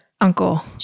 uncle